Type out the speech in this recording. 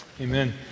Amen